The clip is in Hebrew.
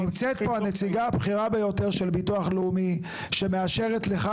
נמצאת פה הנציגה הבכירה ביותר של ביטוח לאומי שמאשרת לך